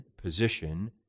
position